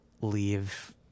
leave –